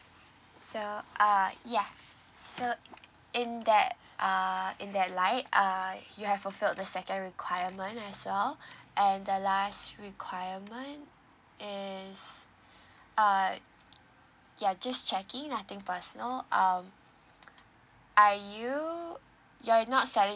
so uh ya so in that err in that light err you have fulfilled the second requirement as well and the last requirement is uh ya just checking nothing personal um are you you're not selling